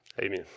Amen